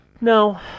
No